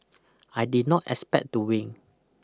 I did not expect to win